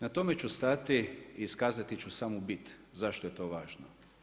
Na tome ću stati i iskazati ću samo bit zašto je to važno.